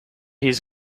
his